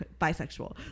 bisexual